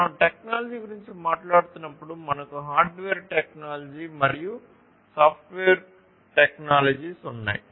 మనం టెక్నాలజీ గురించి మాట్లాడుతున్నప్పుడు మనకు హార్డ్వేర్ టెక్నాలజీ మరియు సాఫ్ట్వేర్ టెక్నాలజీస్ ఉన్నాయి